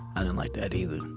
i didn't like that either.